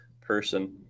person